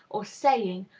or saying,